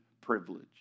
privilege